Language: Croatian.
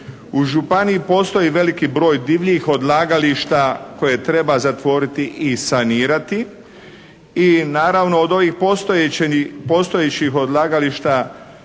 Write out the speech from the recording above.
U županiji postoji veliki broj divljih odlagališta koje treba zatvoriti i sanirati i naravno od ovih postojećih odlagališta